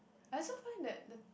I also find that the